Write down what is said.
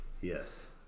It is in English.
Yes